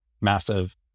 massive